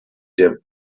der